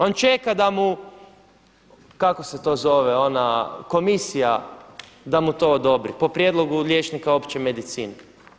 On čeka da mu, kako se to zove ona komisija da mu to odobri po prijedlogu liječnika opće medicine.